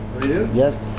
yes